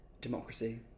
Democracy